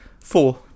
Four